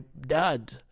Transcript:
dad